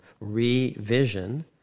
revision